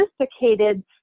sophisticated